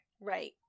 Right